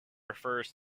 refers